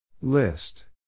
List